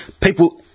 people